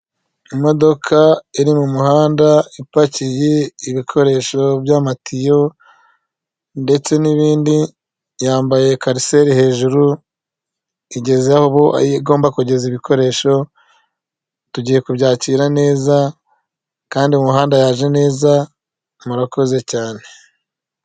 Imodoka iri mu muhanda ipakiye ibikoresho by'amatiyo ndetse n'ibindi yambaye karcele hejuru igeze ubu igomba kugeza ibikoresho tugiye kubyakira neza kandi umuhanda yaje neza murakoze cyane.